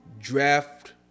draft